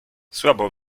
słabo